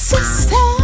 Sister